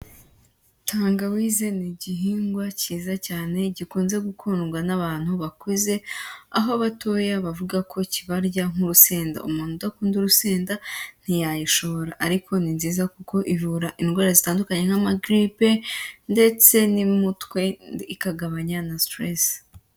Tangawize ni igihingwa cyiza cyane gikunze gukundwa n'abantu bakuze, aho abatoya bavuga ko kibarya nk'urusenda. Umuntu udakunda urusenda ntiyayishobora. Ariko ni nziza kuko ivura indwara zitandukanye nk'amagiripe ndetse n'umutwe, ikagabanya na stress.